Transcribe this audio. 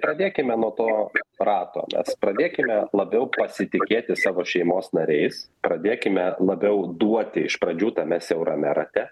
pradėkime nuo to rato mes pradėkime labiau pasitikėti savo šeimos nariais pradėkime labiau duoti iš pradžių tame siaurame rate